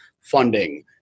funding